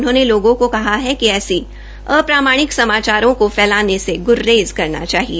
उन्होंने लोगों को कहा कि ऐसी अप्रमाणिक समाचारों को फैलाने से ग्रेज करना चाहिए